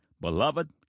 Beloved